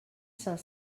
cinq